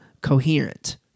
coherent